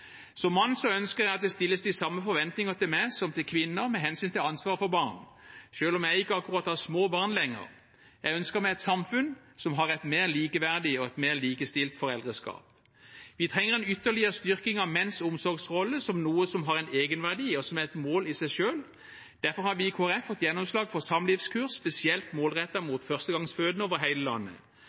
Som mann ønsker jeg at det stilles samme forventninger til meg som til kvinner med hensyn til ansvaret for barn selv om jeg ikke akkurat har små barn lenger. Jeg ønsker meg et samfunn som har et mer likeverdig og et mer likestilt foreldreskap. Vi trenger en ytterligere styrking av menns omsorgsrolle som noe som har en egenverdi, og som er et mål i seg selv. Derfor har vi i Kristelig Folkeparti fått gjennomslag for samlivskurs spesielt målrettet mot førstegangsfødende over hele landet.